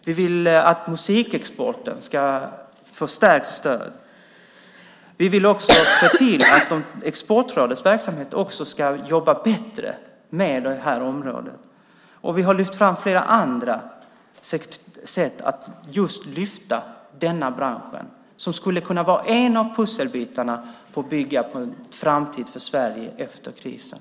Vi vill att musikexporten ska få ett stärkt stöd. Vi vill också se till att Exportrådets verksamhet ska jobba bättre på det här området. Och vi har lyft fram flera andra sätt att just lyfta denna bransch som skulle kunna vara en av pusselbitarna när det gäller att bygga en framtid för Sverige efter krisen.